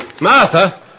Martha